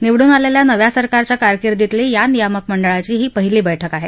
निवडून आलेल्या नव्या सरकारच्या कारकीर्दीतली या नियामक मंडळाची ही पहिली बैठक आहे